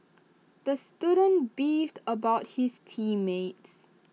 the student beefed about his team mates